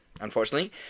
Unfortunately